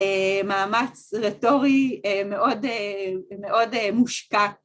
‫מאמץ רטורי מאוד מושקע.